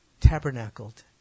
Tabernacled